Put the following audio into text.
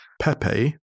Pepe